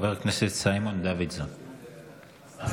סיימון דוידסון,